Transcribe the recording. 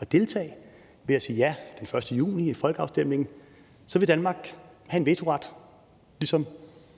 at deltage ved at sige ja den 1. juni i folkeafstemningen, vil Danmark have vetoret, ligesom